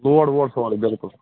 load ووڑ سورُے بِلکُل